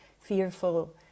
fearful